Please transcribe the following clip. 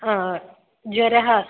ज्वरः